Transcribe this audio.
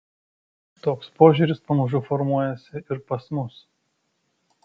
toks požiūris pamažu formuojasi ir pas mus